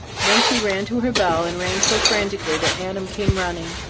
then she ran to her bell and rang so frantically that adam came running.